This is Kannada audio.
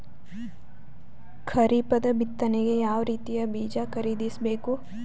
ಖರೀಪದ ಬಿತ್ತನೆಗೆ ಯಾವ್ ರೀತಿಯ ಬೀಜ ಖರೀದಿಸ ಬೇಕು?